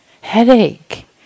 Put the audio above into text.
Headache